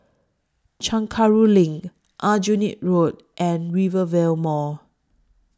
Chencharu LINK Aljunied Road and Rivervale Mall